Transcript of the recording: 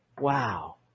Wow